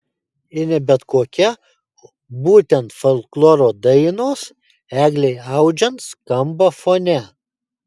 ir ne bet kokia būtent folkloro dainos eglei audžiant skamba fone